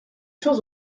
choses